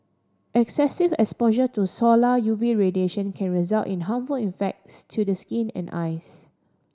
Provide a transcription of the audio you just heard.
excessive exposure to solar U V radiation can result in harmful effects to the skin and eyes